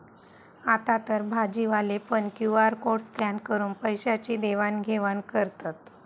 आतातर भाजीवाले पण क्यु.आर कोड स्कॅन करून पैशाची देवाण घेवाण करतत